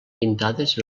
pintades